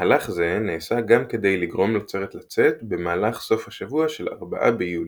מהלך זה נעשה גם כדי לגרום לסרט לצאת במהלך סוף השבוע של ארבעה ביולי,